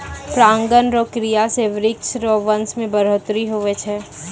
परागण रो क्रिया से वृक्ष रो वंश मे बढ़ौतरी हुवै छै